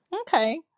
Okay